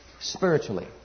spiritually